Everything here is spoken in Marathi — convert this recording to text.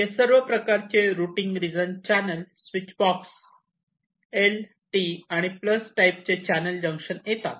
म्हणजे सर्व प्रकारचे routing region channel switch box L T आणि प्लस टाईपचे चॅनल जंक्शन येतात